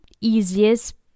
easiest